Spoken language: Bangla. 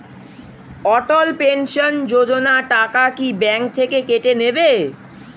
অটল পেনশন যোজনা টাকা কি ব্যাংক থেকে কেটে নেবে?